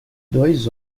dois